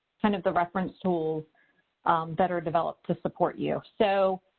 kind of the reference tools that are developed to support you. so